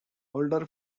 older